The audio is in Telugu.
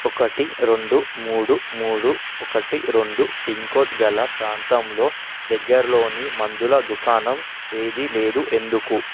ఒకటి రెండు మూడు మూడు ఒకటి రెండు పిన్కోడ్ గల ప్రాంతంలో దగ్గరలోని మందుల దుకాణం ఏదీ లేదు ఎందుకు